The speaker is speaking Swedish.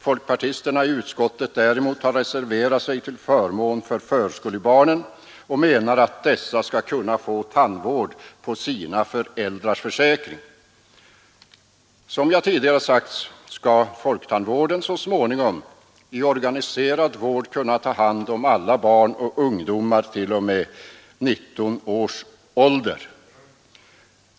Folkpartisterna i utskottet har reserverat sig till förmån för förskolebarnen och menar att dessa skall kunna få tandvård på sina föräldrars försäkring. Som jag tidigare sagt skall folktandvården så småningom i organiserad vård kunna ta hand om alla barn och ungdomar t.o.m. 19 års ålder.